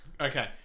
okay